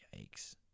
yikes